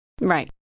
Right